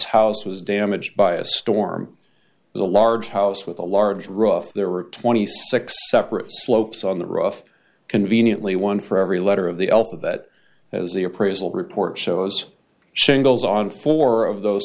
house was damaged by a storm with a large house with a large rough there are twenty six separate slopes on the rough conveniently one for every letter of the alphabet as the appraisal report shows shingles on four of those